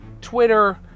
Twitter